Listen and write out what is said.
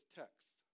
text